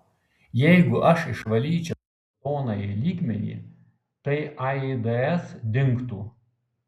palauk jeigu aš išvalyčiau geltonąjį lygmenį tai aids dingtų